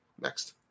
Next